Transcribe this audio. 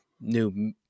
new